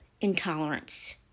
intolerance